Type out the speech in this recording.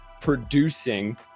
producing